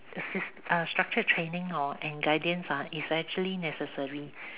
sys~ structure training and guidance is actually necessary